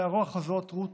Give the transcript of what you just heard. שהרוח הזאת, רות,